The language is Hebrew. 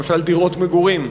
למשל דירות מגורים.